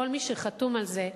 כל מי שחתום על זה,